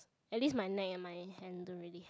at least my neck and my hand don't really